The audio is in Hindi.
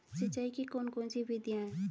सिंचाई की कौन कौन सी विधियां हैं?